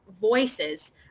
voices